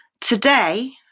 Today